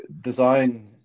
design